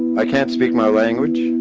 i can't speak my language.